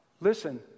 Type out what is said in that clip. Listen